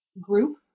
group